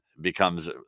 becomes